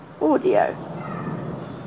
audio